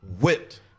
whipped